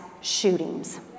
shootings